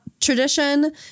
tradition